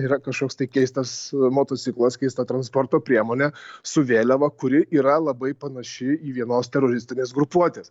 yra kažkoks tai keistas motociklas keista transporto priemonė su vėliava kuri yra labai panaši į vienos teroristinės grupuotės